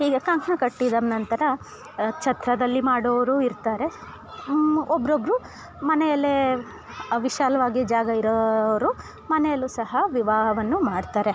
ಹೀಗ ಕಂಕಣ ಕಟ್ಟಿದ ನಂತರ ಛತ್ರದಲ್ಲಿ ಮಾಡೋರು ಇರ್ತಾರೆ ಒಬ್ಬೊಬ್ರು ಮನೆಯಲ್ಲೇ ವಿಶಾಲವಾಗಿ ಜಾಗ ಇರೋವ್ರು ಮನೆಯಲ್ಲು ಸಹ ವಿವಾಹವನ್ನು ಮಾಡ್ತಾರೆ